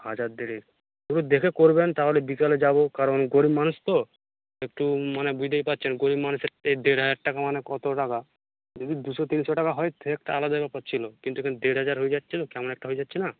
হাজার দেড়েক দেখে করবেন তাহলে বিকেলে যাব কারণ গরিব মানুষ তো একটু মানে বুঝতেই পারছেন গরিব মানুষের দেড় হাজার টাকা মানে কত টাকা যদি দুশো তিনশো টাকা হয় সে একটা আলাদা ব্যাপার ছিল কিন্তু দেড় হাজার হয়ে যাচ্ছে তো কেমন একটা হয়ে যাচ্ছে না